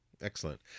Excellent